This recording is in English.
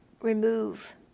remove